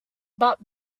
but